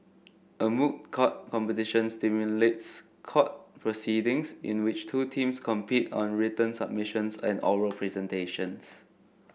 a moot court competition simulates court proceedings in which two teams compete on written submissions and oral presentations